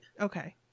Okay